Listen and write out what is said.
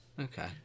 Okay